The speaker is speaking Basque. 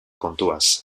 kontuaz